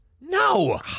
No